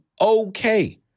okay